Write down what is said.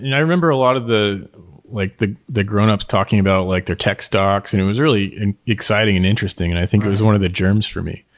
and i remember a lot of the like the grown-ups talking about like their tech stocks and it was really exciting and interesting and i think it was one of the germs for me.